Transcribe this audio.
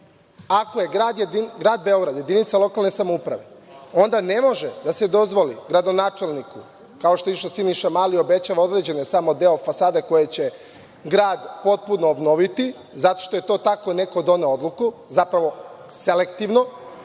Ako je grad Beograd jedinica lokalne samouprave, onda ne može da se dozvoli gradonačelniku, kao što je išao Siniša Mali i obećava samo deo fasada koje će grad potpuno obnoviti zato što je tako neko doneo odluku, zapravo selektivno,